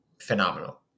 phenomenal